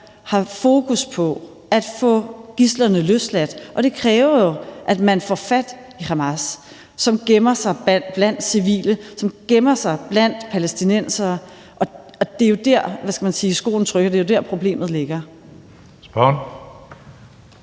har fokus på at få gidslerne løsladt, og det kræver jo, at man får fat i Hamas, som gemmer sig blandt civile, og som gemmer sig blandt palæstinensere. Det er jo der, hvad skal man sige, skoen trykker. Det er jo der, problemet ligger.